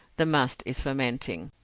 the must is fermenting.